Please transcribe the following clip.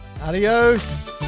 Adios